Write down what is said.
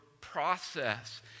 process